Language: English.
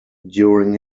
during